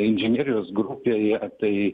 inžinerijos grupėje tai